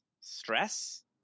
stress